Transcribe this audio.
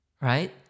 right